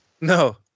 No